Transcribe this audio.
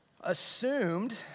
assumed